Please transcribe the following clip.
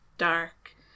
Dark